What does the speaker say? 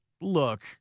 Look